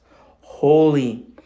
holy